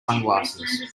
sunglasses